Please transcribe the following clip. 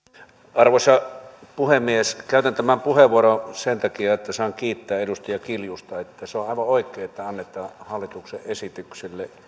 arvoisa puhemies käytän tämän puheenvuoron sen takia että saan kiittää edustaja kiljusta se on aivan oikein että annetaan hallituksen esitykselle